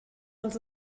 els